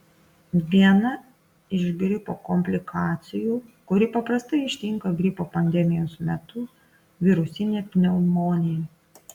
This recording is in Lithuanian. viena iš gripo komplikacijų kuri paprastai ištinka gripo pandemijos metu virusinė pneumonija